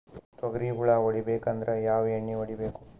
ತೊಗ್ರಿ ಹುಳ ಹೊಡಿಬೇಕಂದ್ರ ಯಾವ್ ಎಣ್ಣಿ ಹೊಡಿಬೇಕು?